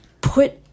put